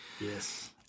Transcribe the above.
Yes